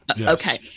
Okay